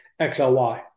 XLY